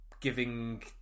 giving